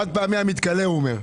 החד-פעמי המתכלה הוא אומר.